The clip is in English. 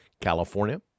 California